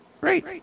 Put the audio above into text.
great